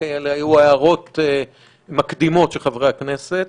אלה היו רק הערות מקדימות של חברי הכנסת,